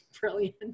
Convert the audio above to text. brilliant